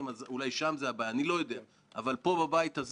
תודה רבה.